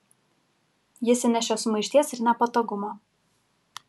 jis įnešė sumaišties ir nepatogumo